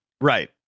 right